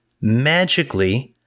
magically